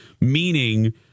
Meaning